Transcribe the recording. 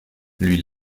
lui